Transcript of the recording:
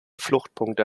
fluchtpunkte